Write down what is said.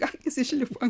akys išlipo